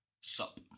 Sup